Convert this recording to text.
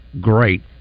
great